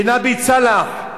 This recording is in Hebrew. בנבי-סאלח,